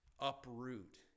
uproot